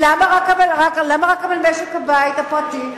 למה רק על משק-הבית הפרטי?